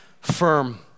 firm